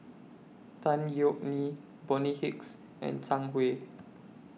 Tan Yeok Nee Bonny Hicks and Zhang Hui